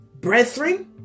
Brethren